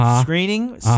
screening